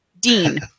Dean